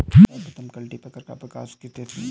सर्वप्रथम कल्टीपैकर का विकास किस देश में हुआ था?